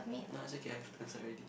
nah it's okay I answered already